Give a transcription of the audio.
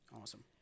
Awesome